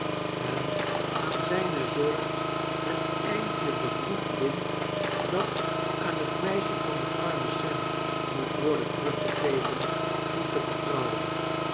en aan zyne zorg het eindje bebloed lint dat aan het meisje van den armen sem moest worden teruggeven toe te vertrouwen